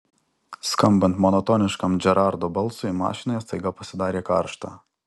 skambant monotoniškam džerardo balsui mašinoje staiga pasidarė karšta